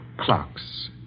clocks